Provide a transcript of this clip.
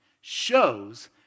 shows